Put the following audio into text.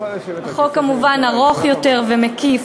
החוק כמובן ארוך יותר ומקיף,